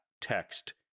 text